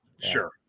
Sure